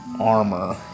armor